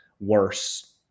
worse